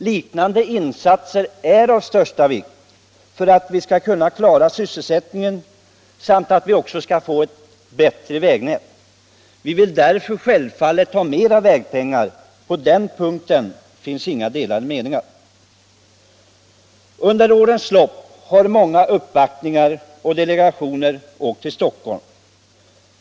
Liknande insatser är av största vikt för att vi skall kunna klara sysselsättningen och för att vi skall få ett bättre vägnät. Vi vill därför självfallet ha mera vägpengar. På den punkten finns inga delade meningar. Under årens lopp har många delegationer åkt till Stockholm.